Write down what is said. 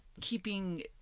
keeping